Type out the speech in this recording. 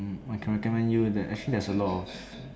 um I can recommend you that actually there's a lot of